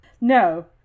no